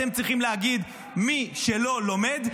אתם צריכים להגיד: מי שלא לומד,